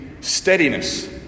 steadiness